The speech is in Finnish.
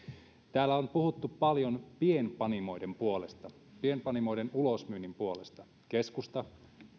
täällä on puhuttu paljon pienpanimoiden puolesta pienpanimoiden ulosmyynnin puolesta keskusta